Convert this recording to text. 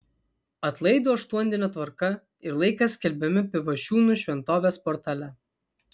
atlaidų aštuondienio tvarka ir laikas skelbiami pivašiūnų šventovės portale